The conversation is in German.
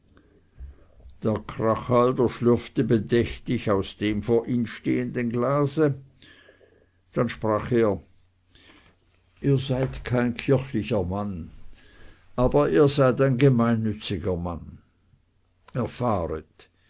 der krachhalder schlurfte bedächtig aus dem vor ihm stehenden glase dann sprach er ihr seid kein kirchlicher mann aber ihr seid ein gemeinnütziger mann erfahret